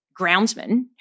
groundsman